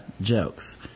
jokes